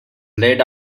laid